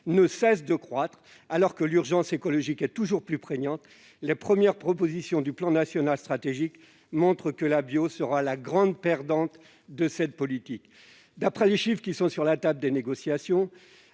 ne cesse de croître, alors que l'urgence écologique est toujours plus prégnante, les premières propositions du PSN montrent que la bio sera la grande perdante de cette réforme. D'après les chiffres qui sont sur la table des négociations,